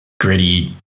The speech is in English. gritty